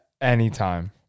Anytime